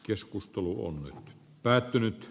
keskustelu on päättynyt